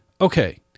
Okay